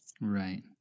right